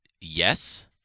Yes